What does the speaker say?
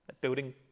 building